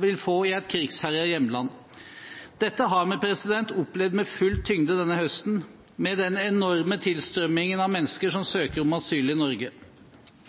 vil få i et krigsherjet hjemland. Dette har vi opplevd med full tyngde denne høsten, med den enorme tilstrømmingen av mennesker som søker om asyl i Norge.